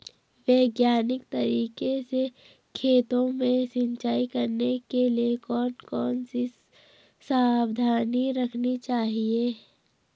वैज्ञानिक तरीके से खेतों में सिंचाई करने के लिए कौन कौन सी सावधानी रखनी चाहिए?